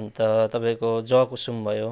अन्त तपाईँको जवाकुसुम भयो